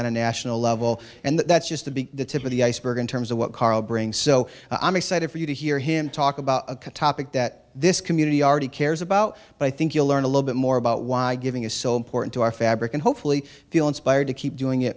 on a national level and that's just to be the tip of the iceberg in terms of what karl bring so i'm excited for you to hear him talk about a topic that this community already cares about but i think you'll learn a little bit more about why giving is so important to our fabric and hopeful feel inspired to keep doing it